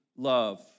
Love